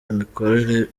imikorere